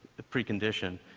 the precondition,